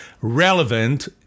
relevant